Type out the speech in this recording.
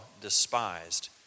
despised